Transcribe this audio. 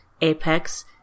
Apex